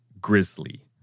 Grizzly